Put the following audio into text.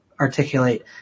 articulate